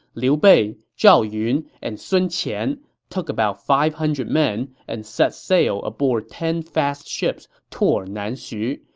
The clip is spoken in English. liu bei, zhao yun, and sun qian took about five hundred men and set sail aboard ten fast ships toward nanxu,